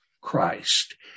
Christ